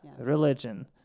religion